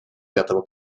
пятого